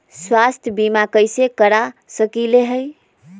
स्वाथ्य बीमा कैसे करा सकीले है?